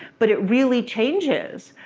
but it really changes.